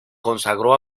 consagró